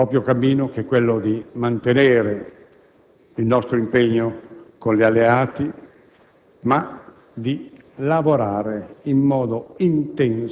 Ho chiaramente affermato, e qui lo confermo, che noi agiamo seguendo un doppio